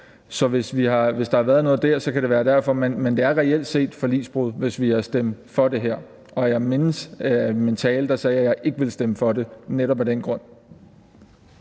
Så hvis der har været noget der, kan det være derfor. Men det er reelt set forligsbrud, hvis vi har stemt for det her, og jeg mindes, at jeg i min tale sagde, at jeg ikke ville stemme for det netop af den grund.